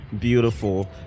beautiful